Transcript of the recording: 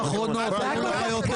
זה היה כל כך קל...